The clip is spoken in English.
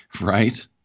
Right